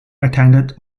attended